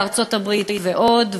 ארצות-הברית ועוד,